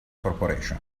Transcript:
corporation